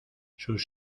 sus